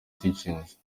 teachings